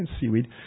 seaweed